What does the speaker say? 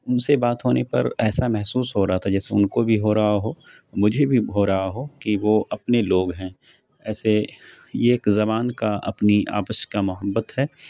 ان سے بات ہونے پر ایسا محسوس ہو رہا تھا جیسے ان کو بھی ہو رہا ہو مجھے بھی ہو رہا ہو کہ وہ اپنے لوگ ہیں ایسے یہ ایک زبان کا اپنی آپس کا محبت ہے